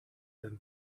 than